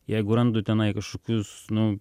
jeigu randu tenai kažkokius nu